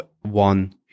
one